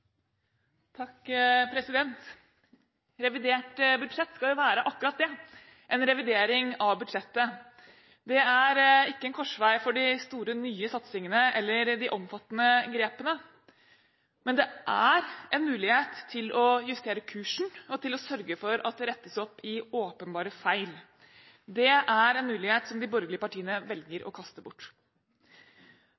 korsvei for de store, nye satsingene eller de omfattende grepene, men det er en mulighet til å justere kursen og til å sørge for at det rettes opp i åpenbare feil. Det er en mulighet som de borgerlige partiene velger